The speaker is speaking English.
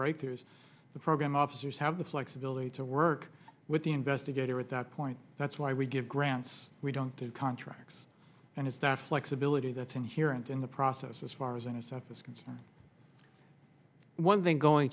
breakthroughs the program officers have the flexibility to work with the investigator at that point that's why we give grants we don't do contracts and it's that flexibility that's inherent in the process as far as in itself is concerned one thing going